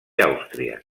àustria